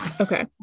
Okay